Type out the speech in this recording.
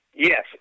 Yes